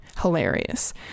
hilarious